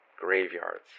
graveyards